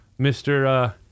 Mr